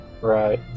Right